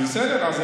אבל זה לא מופעל.